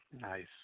Nice